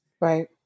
Right